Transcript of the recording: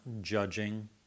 judging